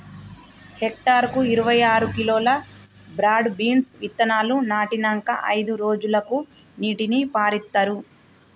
hectare కు ఇరవై ఆరు కిలోలు బ్రాడ్ బీన్స్ విత్తనాలు నాటినంకా అయిదు రోజులకు నీటిని పారిత్తార్